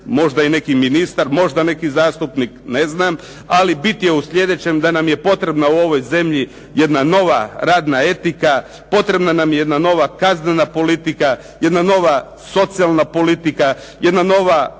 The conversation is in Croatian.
možda i neki ministar, možda neki zastupnik, ne znam. Ali bit je u slijedećem, da nam je potrebna u ovoj zemlji jedna nova radna etika, potrebna nam je jedna nova kaznena politika, jedna nova socijalna politika, jedna nova